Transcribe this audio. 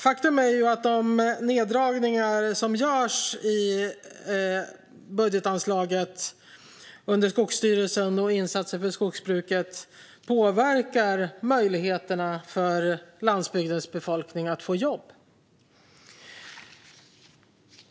Faktum är att de neddragningar som görs i budgetanslaget under Skogsstyrelsen och på insatser för skogsbruket påverkar möjligheterna för landsbygdens befolkning att få jobb.